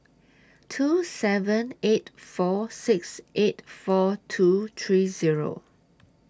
two seven eight four six eight four two three Zero